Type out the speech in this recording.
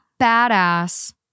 badass